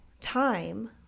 time